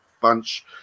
bunch